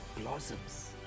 blossoms